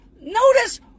notice